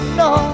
no